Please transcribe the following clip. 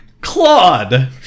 Claude